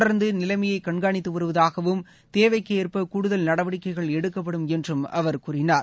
தொடர்ந்து நிலைமையை கண்காணித்து வருவதாகவும் தேவைக்கு ஏற்ப கூடுதல் நடவடிக்கைகள் எடுக்கப்படும் என்று அவர் கூறினார்